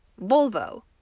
Volvo